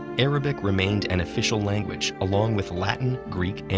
arabic remained an official language along with latin, greek,